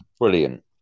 Brilliant